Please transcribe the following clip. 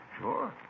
Sure